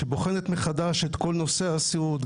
שבוחנת מחדש את כל נושא הסיעוד.